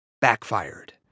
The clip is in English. backfired